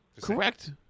Correct